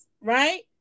Right